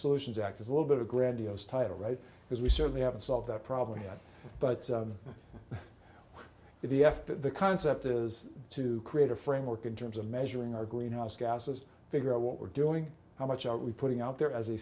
solutions act is a little bit of a grandiose title right because we certainly haven't solved that problem yet but the after the concept is to create a framework in terms of measuring our greenhouse gases figure out what we're doing how much are we putting out there as a